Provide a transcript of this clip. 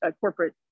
corporate